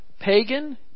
Pagan